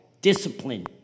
discipline